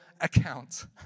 account